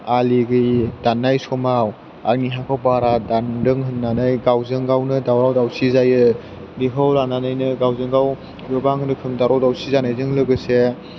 आलि दाननाय समाव आंनि हाखौ बारा दान्दों होननानै गावजों गावनो दावराव दावसि जायो बेखौ लानानैनो गावजों गाव गोबां रोखोम दावराव दावसि जानायजों लोगोसे